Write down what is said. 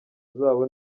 zabo